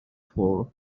for